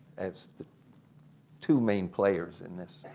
as the two main players in this.